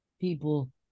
People